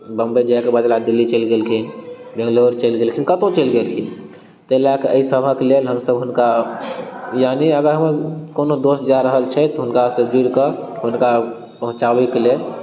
बम्बई जाइके बदला दिल्ली चलि गेलखिन बैंगलोर चलि गेलखिन कतौ चलि गेलखिन तै लऽके अइ सभक लेल हमसब हुनका यानि हमर कोनो दोस्त जा रहल छथि तऽ हुनकासँ जुड़िकऽ हुनका पहुँचाबेके लेल